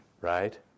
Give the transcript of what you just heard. Right